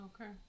Okay